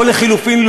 או לחלופין,